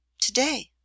Today